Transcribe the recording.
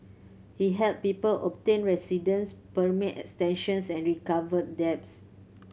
he helped people obtain residence permit extensions and recovered debts